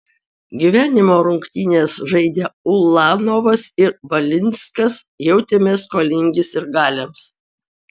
gyvenimo rungtynes žaidę ulanovas ir valinskas jautėmės skolingi sirgaliams